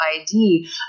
ID